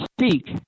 speak